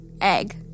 egg